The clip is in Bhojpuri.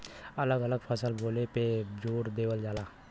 अलग अलग फसल बोले पे जोर देवल जाला